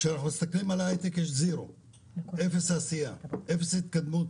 כשאנחנו מסתכלים על ההייטק אצלנו רואים אפס עשייה ואפס התקדמות,